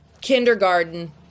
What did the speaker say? kindergarten